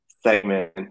segment